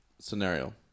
scenario